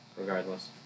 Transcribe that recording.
Regardless